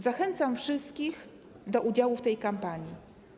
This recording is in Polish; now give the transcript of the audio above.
Zachęcam wszystkich do udziału w tej kampanii.